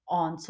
on